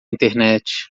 internet